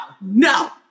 no